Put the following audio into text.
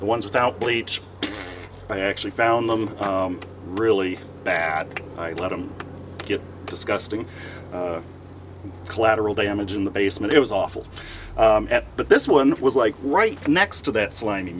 the ones without bleach i actually found them really bad i let them get disgusting collateral damage in the basement it was awful but this one was like right next to that slimy